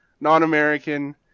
non-American